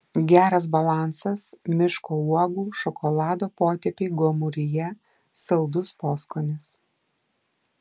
geras balansas miško uogų šokolado potėpiai gomuryje saldus poskonis